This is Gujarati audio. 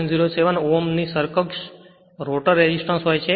07 ઓહ્મની સમકક્ષ રોટર રેસિસ્ટન્સ હોય છે